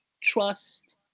trust